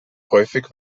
häufig